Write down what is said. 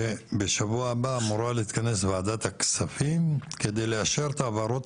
שבשבוע הבא אמורה להתכנס ועדת כספים כדי לאשר את ההעברות